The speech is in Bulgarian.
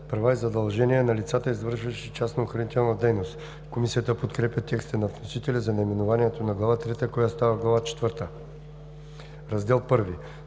права и задължения на лицата, извършващи частна охранителна дейност.“ Комисията подкрепя текста на вносителя за наименованието на Глава трета, която става Глава четвърта.